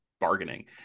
bargaining